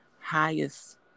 highest